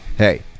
Hey